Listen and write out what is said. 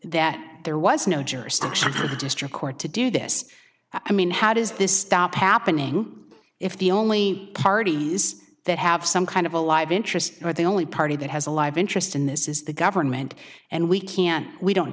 that there was no jurisdiction for the district court to do this i mean how does this stop happening if the only parties that have some kind of a live interest are the only party that has a live interest in this is the government and we can't we don't